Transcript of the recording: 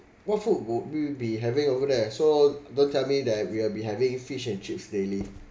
what food would we be having over there so don't tell me that we will be having fish and chips daily